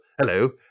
Hello